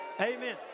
amen